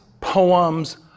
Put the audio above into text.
poems